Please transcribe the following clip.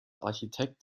architekt